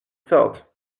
felt